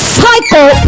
cycle